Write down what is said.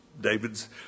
David's